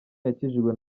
yakijijwe